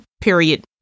period